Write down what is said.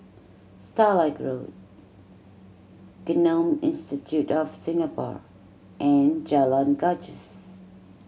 Starlight Road Genome Institute of Singapore and Jalan Gajus